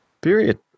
period